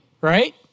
right